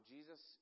Jesus